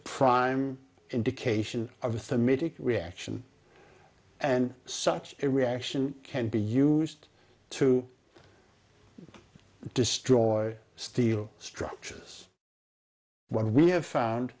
prime indication of the media reaction and such a reaction can be used to destroy steel structures what we have found